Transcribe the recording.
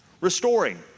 restoring